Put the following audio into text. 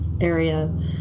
area